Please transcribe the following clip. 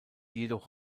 jedoch